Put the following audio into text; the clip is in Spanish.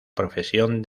profesión